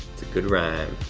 good rhyme.